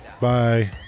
bye